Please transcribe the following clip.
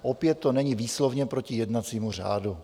Opět to není výslovně proti jednacímu řádu.